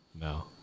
No